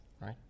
right